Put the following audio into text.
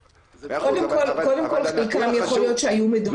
קודם כל חלקם יכול להיות שהיו מדבקים.